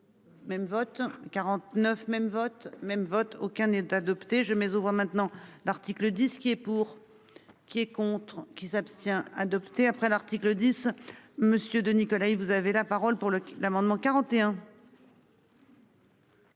Même vote 49 même vote même vote aucun être adopté je mets souvent maintenant. L'article 10 ce qui est pour. Qui est contre qui s'abstient adoptée après l'article 10. Monsieur de Nicolas il vous avez la parole pour le l'amendement 41.